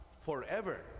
forever